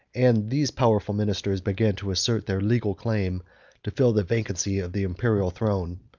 and these powerful ministers began to assert their legal claim to fill the vacancy of the imperial throne.